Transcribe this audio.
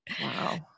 Wow